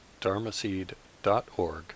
dharmaseed.org